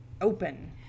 open